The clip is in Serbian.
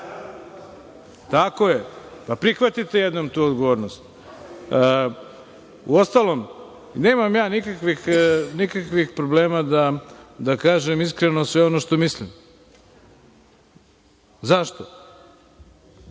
je, pa prihvatite jednom tu odgovornost. Uostalom, nemam ja nikakvih problema da kažem iskreno sve ono što mislim. Zašto?